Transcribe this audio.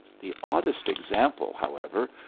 the oddest example, however,